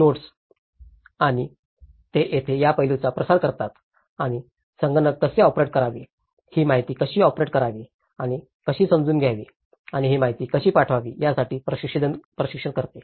nodes आणि ते जेथे या पैलूचा प्रसार करतात आणि संगणक कसे ऑपरेट करावे ही माहिती कशी ऑपरेट करावी आणि कशी समजून घ्यावी आणि ही माहिती कशी पाठवावी यासाठी प्रशिक्षित करते